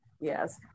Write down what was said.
Yes